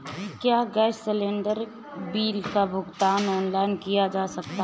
क्या gas cylinder bill का भुगतान ऑनलाइन किया जा सकता है?